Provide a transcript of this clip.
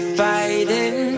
fighting